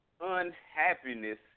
unhappiness